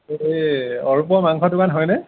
এই অৰুপৰ মাংসৰ দোকান হয়নে